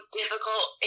difficult